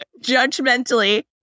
judgmentally